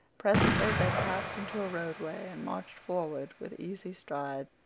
presently they passed into a roadway and marched forward with easy strides.